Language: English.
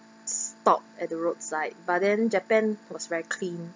stop at the roadside but then japan was very clean